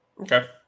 Okay